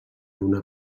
una